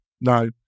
No